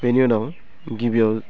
बेनि उनाव गिबियाव